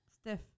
stiff